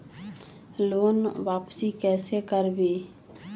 Loan वापसी कैसे करबी?